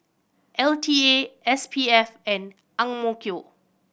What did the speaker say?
L T A S P F and AMK